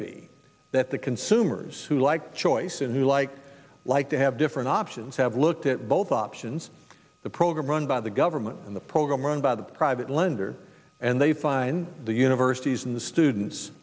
be that the consumers who like choice and who like like to have different options have looked at both options the program run by the government and the program run by the private lender and they find the universities and the students